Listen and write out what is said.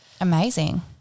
Amazing